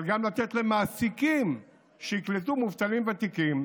אבל גם לתת למעסיקים שיקלטו מובטלים ותיקים,